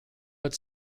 but